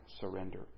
surrender